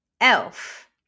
Elf